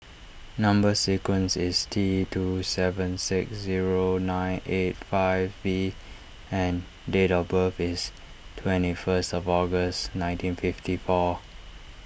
Number Sequence is T two seven six zero nine eight five V and date of birth is twenty first of August nineteen fifty four